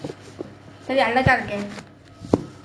சரி அழகா இருக்கே:sari azhagaa irukkae